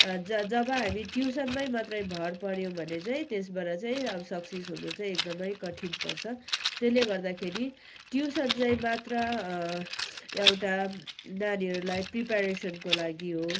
जब हामी ट्युसनमै मात्रै भर पऱ्यौँ भने चाहिँ त्यसबाट चाहिँ अब सक्सिस हुनु चाहिँ एकदमै कठिन पर्छ त्यसले गर्दाखेरि ट्युसन चाहिँ मात्र एउटा नानीहरूलाई प्रिपारेसनको लागि हो